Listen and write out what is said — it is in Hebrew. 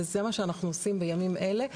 וזה מה שאנחנו עושים בימים אלה.